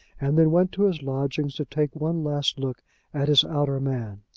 and then went to his lodgings to take one last look at his outer man.